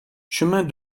chemin